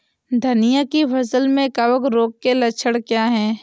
धनिया की फसल में कवक रोग के लक्षण क्या है?